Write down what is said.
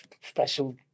special